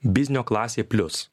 biznio klasė plius